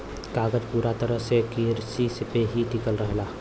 कागज पूरा तरह से किरसी पे ही टिकल रहेला